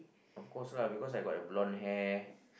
of course lah because I got a blonde hair